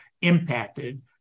impacted